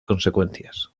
consecuencias